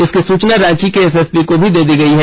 इस की सूचना रांची के एसएसपी को भी दे दी गई है